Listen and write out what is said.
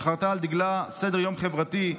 שחרתה על דגלה סדר-יום חברתי,